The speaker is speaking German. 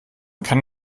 kann